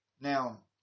Now